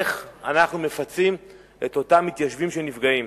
איך אנחנו מפצים את אותם מתיישבים שנפגעים.